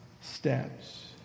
steps